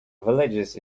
villages